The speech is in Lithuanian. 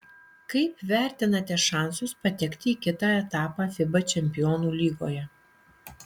kaip vertinate šansus patekti į kitą etapą fiba čempionų lygoje